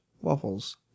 waffles